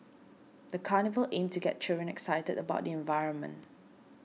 the carnival aimed to get children excited about the environment